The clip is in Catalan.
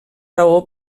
raó